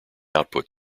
output